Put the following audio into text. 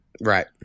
Right